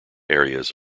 areas